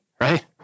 right